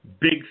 big